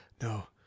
No